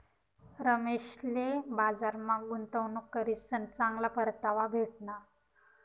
रमेशले बजारमा गुंतवणूक करीसन चांगला परतावा भेटना